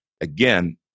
Again